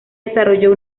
desarrolló